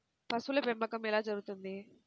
పశువుల పెంపకం ఎలా జరుగుతుంది?